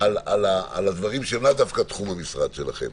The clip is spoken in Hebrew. על הדברים שהם לאו דווקא תחום המשרד שלכם,